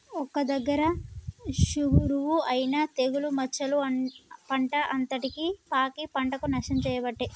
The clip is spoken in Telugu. ఒక్క దగ్గర షురువు అయినా తెగులు మచ్చలు పంట అంతటికి పాకి పంటకు నష్టం చేయబట్టే